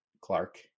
Clark